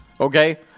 okay